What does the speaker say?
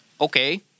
okay